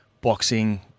boxing